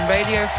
Radio